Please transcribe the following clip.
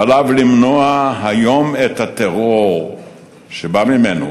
ועליו למנוע היום את הטרור שבא ממנו